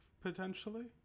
potentially